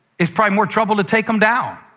it's probably more trouble to take them down.